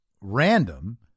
random